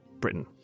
Britain